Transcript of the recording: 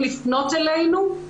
בסגר הראשון דווחנו על ידי ענבל חרמוני